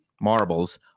marbles